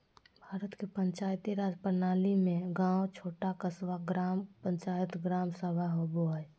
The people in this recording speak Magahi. भारत के पंचायती राज प्रणाली में गाँव छोटा क़स्बा, ग्राम पंचायत, ग्राम सभा होवो हइ